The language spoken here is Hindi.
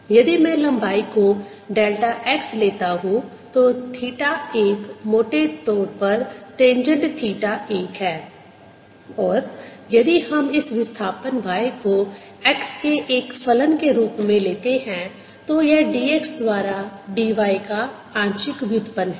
यदि मैं लंबाई को डेल्टा x लेता हूं तो थीटा 1 मोटे तौर पर तन्जेन्ट थीटा 1 है और यदि हम इस विस्थापन y को x के एक फलन के रूप में लेते हैं तो यह dx द्वारा dy का आंशिक व्युत्पन्न है